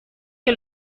que